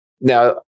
Now